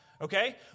okay